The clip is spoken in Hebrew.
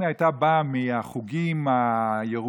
אם היא הייתה באה מהחוגים הירוקים,